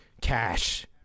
cash